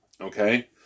okay